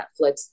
Netflix